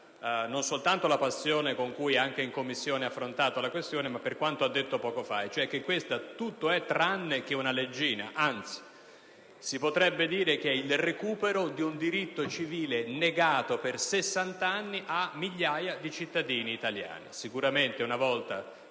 non soltanto per la passione con cui in Commissione ha affrontato la questione, ma anche per quanto ha detto poco fa, cioè che questa tutto è tranne che una leggina. Anzi, si potrebbe dire che è il recupero di un diritto civile negato per sessant'anni a migliaia di cittadini italiani. Sicuramente una volta